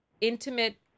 intimate